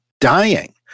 dying